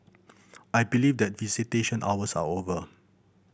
I believe that visitation hours are over